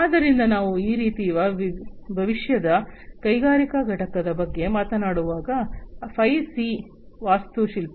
ಆದ್ದರಿಂದ ನಾವು ಈ ರೀತಿಯ ಭವಿಷ್ಯದ ಕೈಗಾರಿಕಾ ಘಟಕದ ಬಗ್ಗೆ ಮಾತನಾಡುವಾಗ 5ಸಿ ವಾಸ್ತುಶಿಲ್ಪ